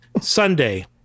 Sunday